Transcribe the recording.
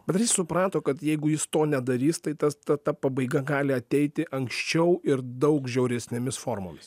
bet ar jis suprato kad jeigu jis to nedarys tai tas ta ta pabaiga gali ateiti anksčiau ir daug žiauresnėmis formomis